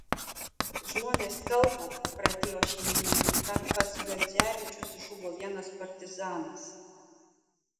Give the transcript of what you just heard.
žmonės kalba pradėjo šeimininkė kad pas juodzevičius žuvo vienas partizanas